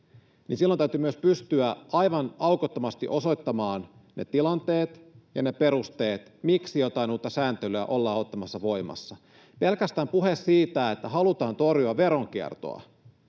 silloin täytyy myös pystyä aivan aukottomasti osoittamaan ne tilanteet ja ne perusteet, miksi jotain uutta sääntelyä ollaan ottamassa voimaan. Puhe siitä, että halutaan torjua veronkiertoa,